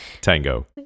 Tango